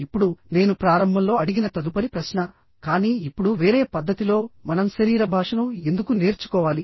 ఇప్పుడు నేను ప్రారంభంలో అడిగిన తదుపరి ప్రశ్న కానీ ఇప్పుడు వేరే పద్ధతిలో మనం శరీర భాషను ఎందుకు నేర్చుకోవాలి